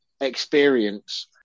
experience